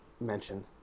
mention